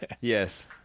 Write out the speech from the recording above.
Yes